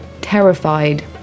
terrified